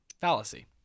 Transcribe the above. Fallacy